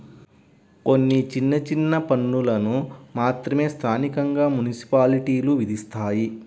కొన్ని చిన్న చిన్న పన్నులను మాత్రమే స్థానికంగా మున్సిపాలిటీలు విధిస్తాయి